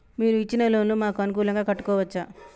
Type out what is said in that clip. మీరు ఇచ్చిన లోన్ ను మాకు అనుకూలంగా కట్టుకోవచ్చా?